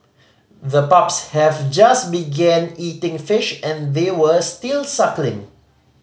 the pups have just began eating fish and they were still suckling